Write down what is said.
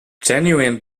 genuine